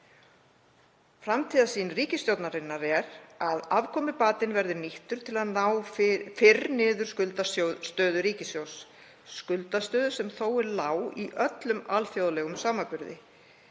Framtíðarsýn ríkisstjórnarinnar er að afkomubatinn verði nýttur til að ná fyrr niður skuldastöðu ríkissjóðs, skuldastöðu sem þó er lág í öllum alþjóðlegum samanburði.